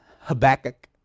Habakkuk